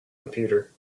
computer